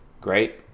great